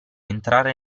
entrare